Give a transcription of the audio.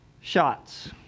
shots